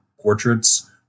portraits